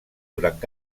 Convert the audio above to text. durant